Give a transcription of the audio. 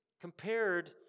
compared